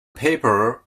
paper